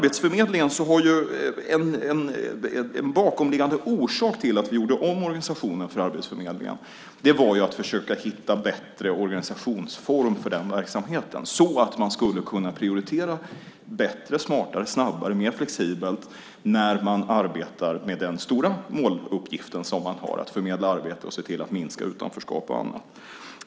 En bakomliggande orsak till att vi gjorde om organisationen för Arbetsförmedlingen var att vi skulle försöka hitta en bättre organisationsform för den verksamheten så att man skulle kunna prioritera bättre, smartare, snabbare och mer flexibelt när man arbetar med den stora måluppgift som man har att förmedla arbete och se till att minska utanförskap och annat.